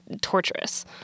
torturous